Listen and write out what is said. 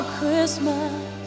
Christmas